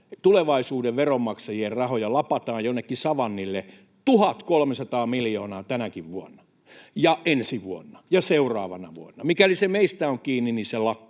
tulevaisuuden veronmaksajien rahoja lapataan jonnekin savannille 1 300 miljoonaa tänäkin vuonna ja ensi vuonna ja seuraavana vuonna. Mikäli se meistä on kiinni, niin se lakkaa.